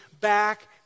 back